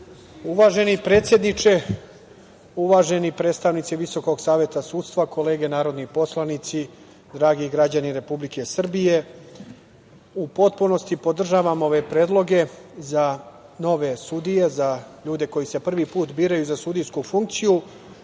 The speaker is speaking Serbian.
Uvaženi predsedniče, uvaženi predstavnici VSS, kolege narodni poslanici, dragi građani Republike Srbije, u potpunosti podržavam ove predloge za nove sudije, za ljude koji se prvi put biraju za sudijsku